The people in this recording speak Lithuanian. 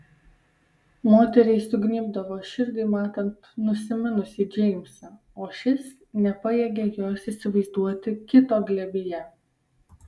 moteriai sugnybdavo širdį matant nusiminusį džeimsą o šis nepajėgė jos įsivaizduoti kito glėbyje